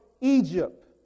Egypt